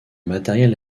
matériel